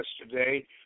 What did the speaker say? yesterday